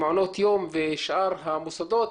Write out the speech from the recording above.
שמעונות יום ושאר המוסדות,